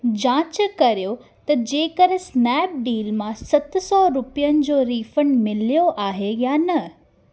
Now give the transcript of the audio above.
जांच करियो त जेकर स्नैपडील मां सत सौ रुपयनि जो रीफ़ंड मिलियो आहे या न